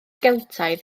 geltaidd